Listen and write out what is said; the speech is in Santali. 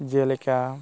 ᱡᱮᱞᱮᱠᱟ